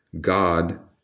God